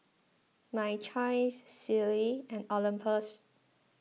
My Choice Sealy and Olympus